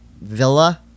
villa